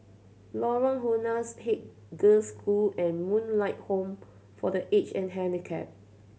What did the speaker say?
Lorong Halus Haig Girls' School and Moonlight Home for The Aged and Handicapped